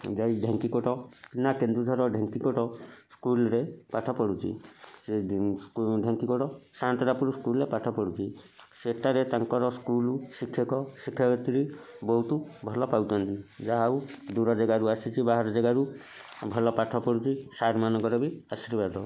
ଯାଇ ଢେଙ୍କିକୋଟ ନା କେନ୍ଦୁଝର ଢେଙ୍କିକୋଟ ସ୍କୁଲ୍ରେ ପାଠ ପଢୁଛି ସେ ଢେଙ୍କିକୋଟ ସାଆନ୍ତରାପୁର ସ୍କୁଲ୍ରେ ପାଠ ପଢୁଛି ସେଠାରେ ତାଙ୍କର ସ୍କୁଲ ଶିକ୍ଷକ ଶିକ୍ଷୟତ୍ରୀ ବହୁତ ଭଲ ପାଉଛନ୍ତି ଯାହା ହଉ ଦୂର ଜାଗାରୁ ଆସିଛି ବାହାର ଜାଗାରୁ ଭଲ ପାଠ ପଢୁଛି ସାର୍ ମାନଙ୍କର ବି ଆଶୀର୍ବାଦ